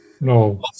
No